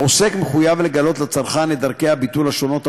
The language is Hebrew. העוסק מחויב לגלות לצרכן את דרכי הביטול